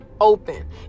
Open